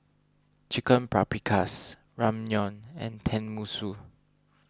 Chicken Paprikas Ramyeon and Tenmusu